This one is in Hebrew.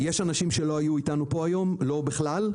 יש אנשים שלא היו אתנו פה היום, לא בכלל,